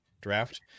draft